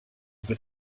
wird